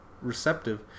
receptive